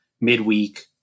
midweek